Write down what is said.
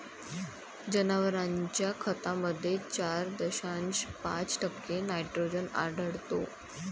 जनावरांच्या खतामध्ये चार दशांश पाच टक्के नायट्रोजन आढळतो